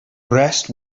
rest